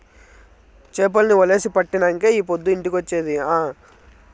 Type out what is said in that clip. చేపల్ని వలేసి పట్టినంకే ఈ పొద్దు ఇంటికొచ్చేది ఆ